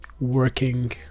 working